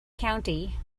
county